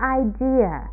idea